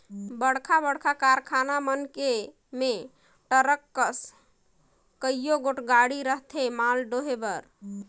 बड़खा बड़खा कारखाना मन में टरक कस कइयो गोट गाड़ी रहथें माल डोहे बर